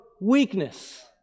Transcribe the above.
weakness